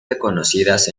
reconocidas